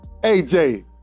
AJ